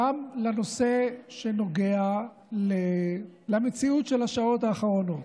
גם לנושא שנוגע למציאות של השעות האחרונות.